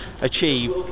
achieve